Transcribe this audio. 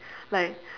like